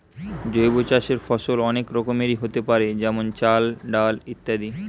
জৈব চাষের ফসল অনেক রকমেরই হোতে পারে যেমন চাল, ডাল ইত্যাদি